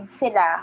sila